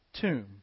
tomb